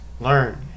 learn